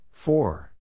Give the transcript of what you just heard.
Four